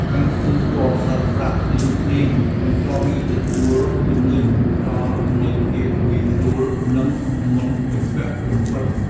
ការទូទាត់សាច់ប្រាក់ភ្លាមៗបន្ទាប់ពីទទួលទំនិញ ផ្តល់នូវភាពងាយស្រួល និងមិនជំពាក់ជំពិន។